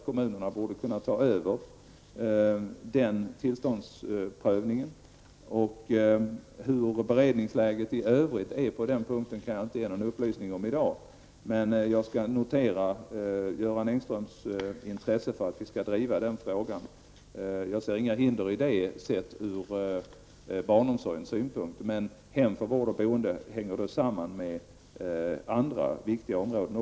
Kommunerna borde alltså kunna ta över tillståndsprövningen i det här sammanhanget. Hur det förhåller sig beträffande beredningsläget i övrigt på den punkten kan jag i dag inte ge någon upplysning om. Jag noterar Göran Engströms intresse för att vi skall driva den frågan. Jag ser inga hinder därvidlag från barnomsorgens synpunkt. Hem för vård och boende hänger samman med andra viktiga områden.